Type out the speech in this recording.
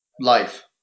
life